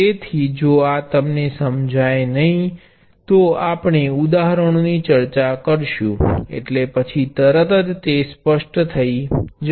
તેથી જો આ તમને સમ્જાયુ નથી તો આપણે ઉદાહરણોની ચર્ચા કરશું એટલે પછી તરત જ તે સ્પષ્ટ થઈ જશે